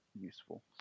useful